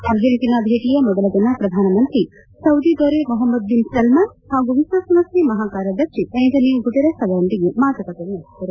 Argentina ಭೇಟಿಯ ಮೊದಲ ದಿನ ಪ್ರಧಾನಮಂತ್ರಿ ಸೌದಿ ದೊರೆ ಮೊಹ್ನದ್ ಬಿನ್ ಸಲ್ನಾನ್ ಹಾಗೂ ವಿಶ್ವಸಂಸ್ಟೆ ಮಹಾಕಾರ್ಯದರ್ಶಿ ಆಂಟೋನಿಯೊ ಗುಟೆರಸ್ ಅವರೊಂದಿಗೆ ಮಾತುಕತೆ ನಡೆಸಿದರು